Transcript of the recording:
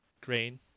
grain